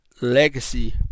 legacy